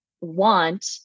want